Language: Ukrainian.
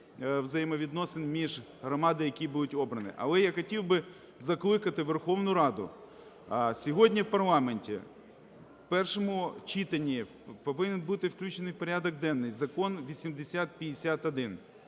взаємовідносин між громадами, які будуть обрані. Але я хотів би закликати Верховну Раду. Сьогодні в парламенті в першому читанні повинен бути включений в порядок денний Закон 8051